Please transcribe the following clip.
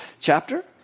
chapter